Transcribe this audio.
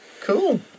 Cool